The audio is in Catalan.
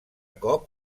cop